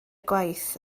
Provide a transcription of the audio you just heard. gwaith